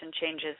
changes